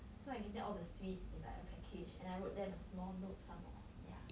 so I give them all the sweets in like a package and I wrote them a small note some more yeah